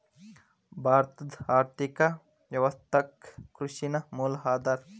ಭಾರತದ್ ಆರ್ಥಿಕ ವ್ಯವಸ್ಥಾಕ್ಕ ಕೃಷಿ ನ ಮೂಲ ಆಧಾರಾ